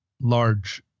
large